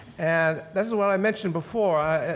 and that's what i mentioned before,